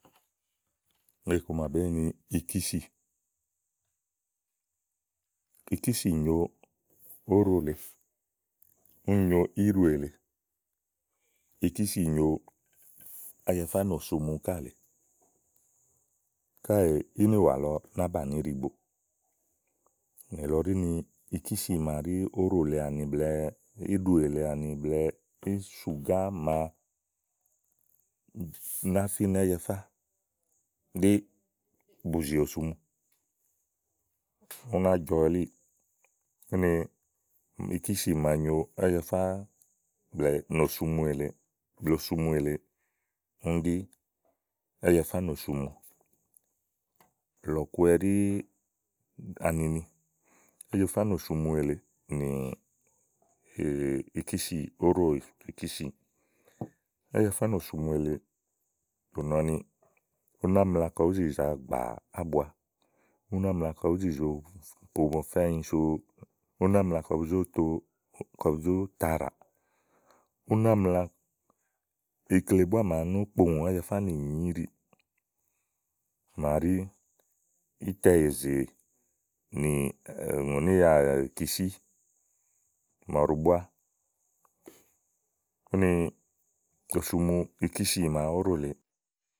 iku ma bèé yi ni ikìsì ikìsì nyòo óɖò lèe, úni nyo íɖòè lèe, ikìsì nyòo Ájafá nòsu mu ká lèe káèè ínìwà lɔ ná banìi íɖigbòo. nìlɔ ɖí ni ikìsì màa ɖí óɖò lèe àni blɛ̀ɛ íɖòè lèe àni blɛ̀ɛ ísùgá màa ná finɛ Ájafá ɖí bùzì òsumu ú ná jɔ elíì úni ikìsì màa nyo Ájafá nòsumu èleè, blɛ̀ɛ osumu èle úni ɖí Ájafá nòsumu lɔku ɛɖí ani Ájafá nòsumu èle nì ikìsì, óɖò ìkìsì. Ájafá nòsumu èle, bù nɔ nì, ú ná mla kɔ bú zi zàa gbà ábuaà, ú ná mla kɔ bú zi zòo po bɔfɛ anyi so, ú ná mla kɔ bu zó to, kɔ bu zó to àɖàà, ú ná mla ikle búá màa nó kpoŋù Ájafá nìnyi íɖìì, màaɖi ítɛ èzè nì ùŋò níìyà ékisì máaɖu búá úni osumu ikísì màa óɖò lèeè.